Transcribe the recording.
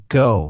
go